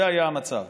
זה היה המצב.